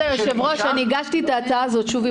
היושב-ראש, אני הגשתי את ההצעה הזאת שוב.